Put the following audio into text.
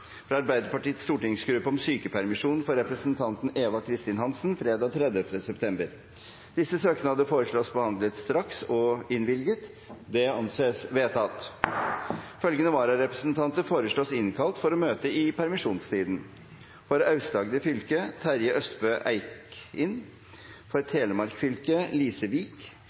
fra Arbeiderpartiets stortingsgruppe om sykepermisjon for representanten Eva Kristin Hansen fredag 30. september. Etter forslag fra presidenten ble enstemmig besluttet: Søknadene behandles straks og innvilges. Følgende vararepresentanter innkalles for å møte i permisjonstiden: For Aust-Agder fylke: Terje Østebø EikinFor Telemark fylke: Lise